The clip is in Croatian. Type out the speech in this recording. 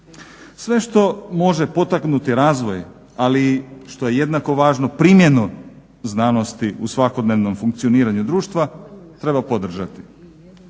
Sve što može potaknuti razvoj, ali što je jednako važno primjenu znanosti u svakodnevnom funkcioniranju društva treba podržati.